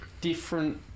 different